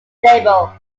stable